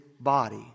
body